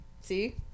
See